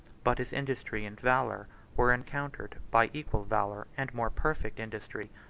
but his industry and valor were encountered by equal valor and more perfect industry.